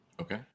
Okay